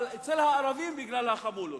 אבל אצל הערבים בגלל החמולות.